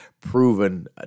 proven